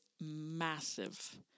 massive